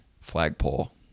flagpole